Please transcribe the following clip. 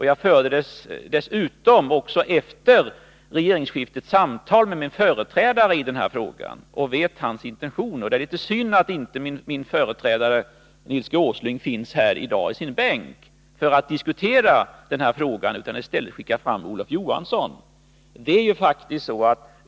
Jag förde dessutom efter regeringsskiftet samtal med min företrädare i denna fråga och känner till hans intentioner. Det är litet synd att min företrädare Nils G. Åsling inte finns här i dag i sin bänk för att diskutera denna fråga utan i stället skickat fram Olof Johansson.